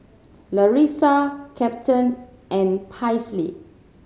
Larissa Captain and Paisley